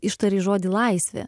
ištarei žodį laisvė